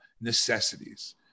necessities